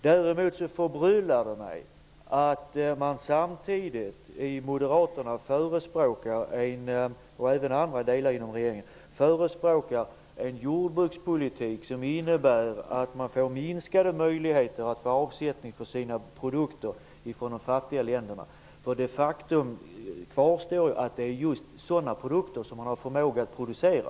Däremot förbryllar det mig att Moderaterna, och även andra partier inom regeringen, samtidigt förespråkar en jordbrukspolitik som innebär att de fattiga länderna får minskade möjligheter till avsättning för sina produkter. Faktum kvarstår att det just är sådana produkter som de har förmåga att producera.